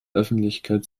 öffentlichkeit